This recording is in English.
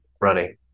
running